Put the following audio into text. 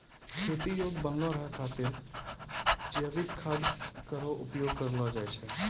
खेती योग्य बनलो रहै खातिर जैविक खाद केरो उपयोग करलो जाय छै